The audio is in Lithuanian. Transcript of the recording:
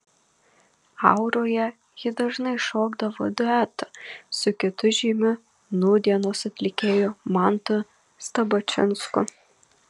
auroje ji dažnai šokdavo duetu su kitu žymiu nūdienos atlikėju mantu stabačinsku